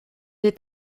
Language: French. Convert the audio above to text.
est